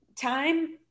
time